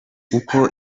uko